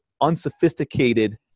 unsophisticated